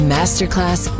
Masterclass